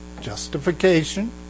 justification